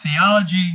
theology